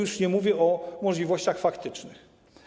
Już nie mówię o możliwościach faktycznych.